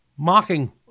Mocking